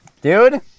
Dude